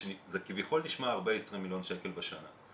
זה כביכול נשמע הרבה, 20 מיליון שקל בשנה.